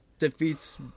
Defeats